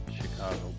Chicago